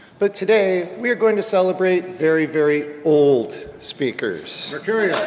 but today we're going to celebrate very, very old speakers.